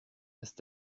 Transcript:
ist